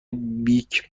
بیگ